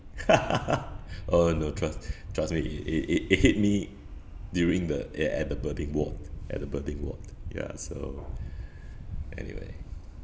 oh no trust trust me it it it it hit me during the a~ at the birthing ward at the birthing ward ya so anyway